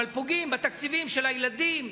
אבל פוגעים בתקציבים של הילדים,